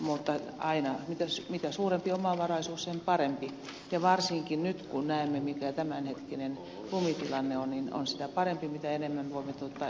mutta aina mitä suurempi omavaraisuus sen parempi ja varsinkin nyt kun näemme mikä tämänhetkinen lumitilanne on on sitä parempi mitä enemmän voimme tuottaa itse energiaa